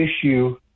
issue